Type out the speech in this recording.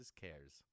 cares